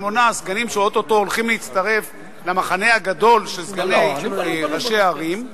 שמונה סגנים שאו-טו-טו הולכים להצטרף למחנה הגדול של סגני ראשי ערים,